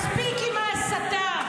מספיק עם ההסתה.